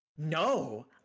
no